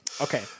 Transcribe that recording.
Okay